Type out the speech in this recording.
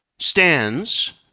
stands